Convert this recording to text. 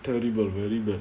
terrible very bad